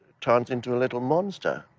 turns into a little monster.